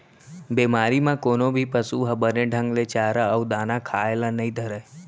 बेमारी म कोनो भी पसु ह बने ढंग ले चारा अउ दाना खाए ल नइ धरय